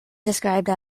described